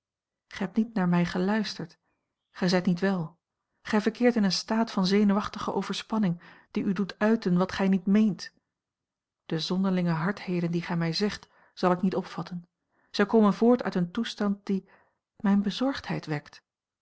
gij hebt niet naar mij geluisterd gij zijt niet wel gij verkeert in een staat van zenuwachtige overspanning die u doet uiten wat gij niet meent de zonderlinge hardheden die gij mij zegt zal ik niet opvatten zij komen voort uit een toestand die mijne bezorgdheid wekt